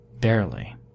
barely